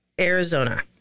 Arizona